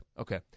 Okay